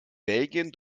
belgien